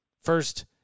first –